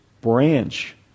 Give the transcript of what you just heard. branch